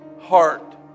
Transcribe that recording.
heart